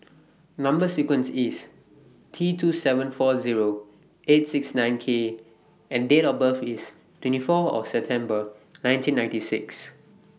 Number sequence IS T two seven four Zero eight six nine K and Date of birth IS twenty four September nineteen ninety six